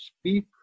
speak